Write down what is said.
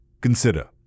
Consider